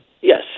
Yes